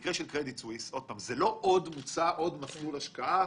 המקרה של קרדיט סוויס זה לא שמוצע עוד מסלול השקעה.